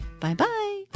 Bye-bye